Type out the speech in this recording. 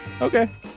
Okay